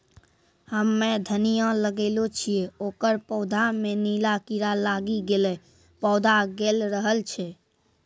हम्मे धनिया लगैलो छियै ओकर पौधा मे नीला कीड़ा लागी गैलै पौधा गैलरहल छै?